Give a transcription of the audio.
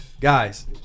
guys